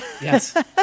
Yes